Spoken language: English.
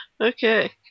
Okay